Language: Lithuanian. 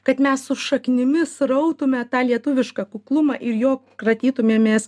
kad mes su šaknimis rautume tą lietuvišką kuklumą ir jo kratytumėmės